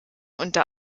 unter